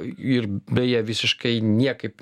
ir beje visiškai niekaip